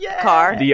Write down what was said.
car